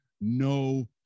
no